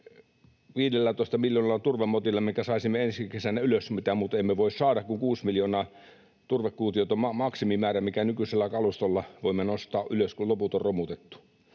15 miljoonalla turvemotilla, minkä saisimme ensi kesänä ylös... Mitä muuten emme voi saada, kun 6 miljoonaa turvekuutiota on maksimimäärä, minkä nykyisellä kalustolla voimme nostaa ylös, kun loput on romutettu.